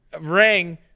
ring